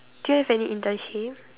do you have any internship